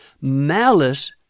Malice